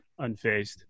unfazed